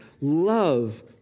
love